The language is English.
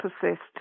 persist